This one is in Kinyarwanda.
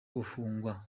gupfungwa